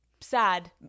Sad